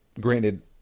Granted